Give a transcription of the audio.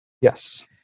Yes